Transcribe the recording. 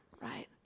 right